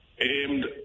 aimed